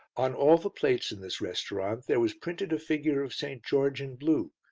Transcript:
on all the plates in this restaurant there was printed a figure of st. george in blue,